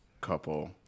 couple